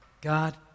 God